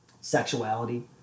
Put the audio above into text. Sexuality